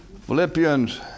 Philippians